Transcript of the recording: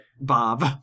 Bob